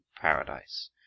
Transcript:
paradise